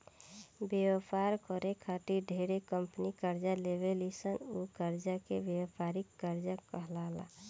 व्यापार करे खातिर ढेरे कंपनी कर्जा लेवे ली सन उ कर्जा के व्यापारिक कर्जा कहाला